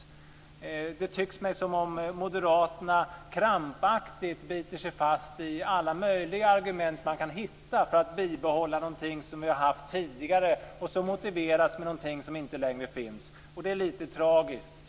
Det tycks mig som om moderaterna krampaktigt biter sig fast i alla möjliga argument som går att hitta för att bibehålla något som har funnits tidigare och som motiveras med någonting som inte längre finns. Det är lite tragiskt.